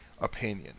opinion